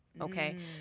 Okay